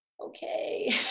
okay